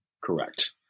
Correct